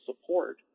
support